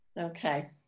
Okay